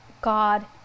God